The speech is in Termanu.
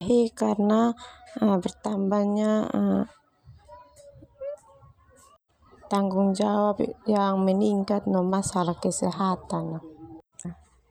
Karna bertambahnya tanggung jawab yang meningkat no masalah kesehatan.